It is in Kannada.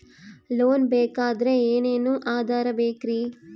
ಲೋನ್ ಬೇಕಾದ್ರೆ ಏನೇನು ಆಧಾರ ಬೇಕರಿ?